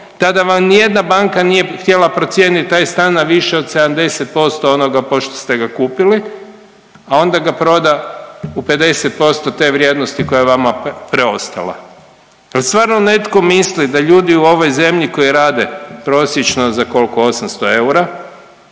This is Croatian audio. tada vam ni jedna banka nije htjela procijenit taj stan na više od 70% onoga pošto ste ga kupili, a onda ga proda u 50% te vrijednosti koja je vama preostala. Jel stvarno netko misli da ljudi u ovoj zemlji koji rade prosječno, za koliko, 800 eura